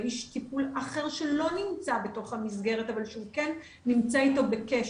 לאיש טיפול אחר שלא נמצא בתוך המסגרת אבל שהוא כן נמצא איתו בקשר.